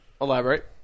Elaborate